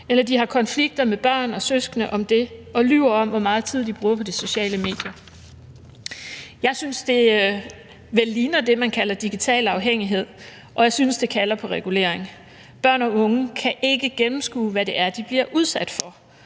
eller de har konflikter med andre børn eller søskende om det og lyver om, hvor meget tid de bruger på de sociale medier. Jeg synes, det vel ligner det, man kalder digital afhængighed, og jeg synes, det kalder på regulering. Børn og unge kan ikke gennemskue, hvad det er, de bliver udsat for,